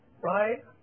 right